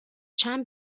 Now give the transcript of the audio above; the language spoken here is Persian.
چند